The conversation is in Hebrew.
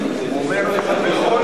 הוא אומר לך שבכל